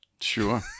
Sure